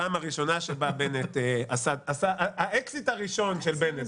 הפעם הראשונה שבה בנט עשה "האקזיט הראשון של בנט",